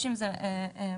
יש בזה מורכבות.